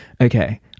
okay